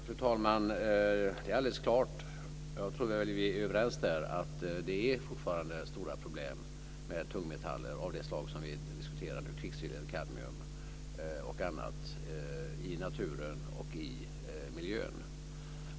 Fru talman! Det är alldeles klart, och där tror jag att vi är överens, att det fortfarande är stora problem med tungmetaller av det slag som vi diskuterar nu, kvicksilver, kadmium och annat i naturen och i miljön.